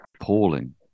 appalling